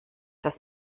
das